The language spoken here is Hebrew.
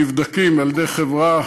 נבדקים על-ידי חברה